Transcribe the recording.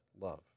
love